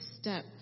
step